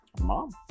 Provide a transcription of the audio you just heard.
mom